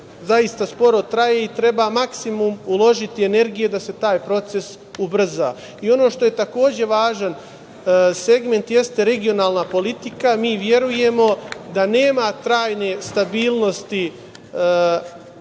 zaista sporo traje i treba maksimum uložiti energije da se taj proces ubrza. Ono što je, takođe, važan segment jeste regionalna politika. Mi verujemo da nema trajne stabilnosti